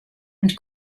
and